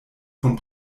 von